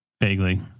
Vaguely